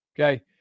okay